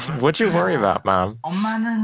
what'd you worry about, mom? um and